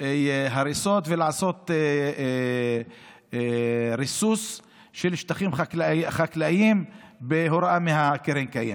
הריסות ולעשות ריסוס של שטחים חקלאיים בהוראה מקרן הקיימת.